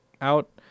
out